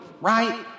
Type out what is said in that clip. Right